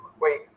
Wait